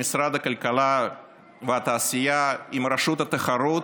עם משרד הכלכלה והתעשייה ועם רשות התחרות,